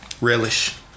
relish